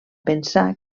pensar